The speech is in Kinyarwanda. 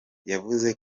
yavuze